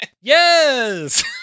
Yes